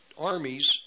armies